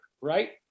right